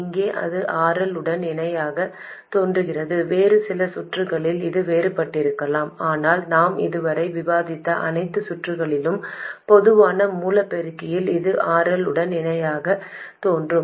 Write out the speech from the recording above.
இங்கே அது RL உடன் இணையாக தோன்றுகிறது வேறு சில சுற்றுகளில் இது வேறுபட்டிருக்கலாம் ஆனால் நாம் இதுவரை விவாதித்த அனைத்து சுற்றுகளிலும் பொதுவான மூல பெருக்கியில் இது RL உடன் இணையாகத் தோன்றும்